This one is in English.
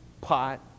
pot